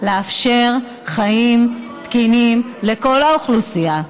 לאפשר חיים תקינים לכל האוכלוסייה.